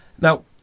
Now